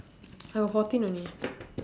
I got fourteen only